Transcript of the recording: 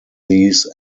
these